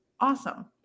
Awesome